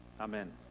Amen